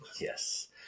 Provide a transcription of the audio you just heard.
Yes